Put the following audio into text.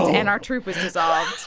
and our troop was dissolved